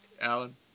Alan